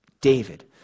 David